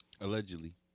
allegedly